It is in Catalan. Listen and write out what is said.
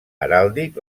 heràldic